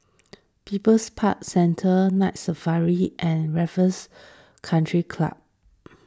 People's Park Centre Night Safari and Raffles Country Club